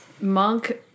Monk